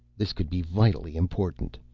this could be vitally important.